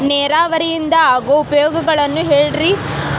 ನೇರಾವರಿಯಿಂದ ಆಗೋ ಉಪಯೋಗಗಳನ್ನು ಹೇಳ್ರಿ